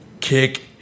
kick